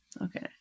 Okay